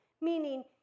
Meaning